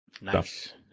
Nice